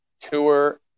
tour